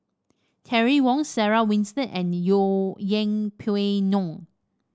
Terry Wong Sarah Winstedt and Yeng Pway Ngon